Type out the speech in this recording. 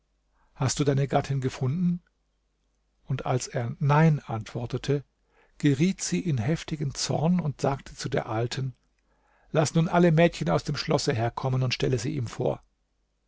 hast du deine gattin gefunden und als er nein antwortete geriet sie in heftigen zorn und sagte zu der alten laß nun alle mädchen aus dem schlosse herkommen und stelle sie ihm vor